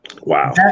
Wow